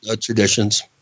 traditions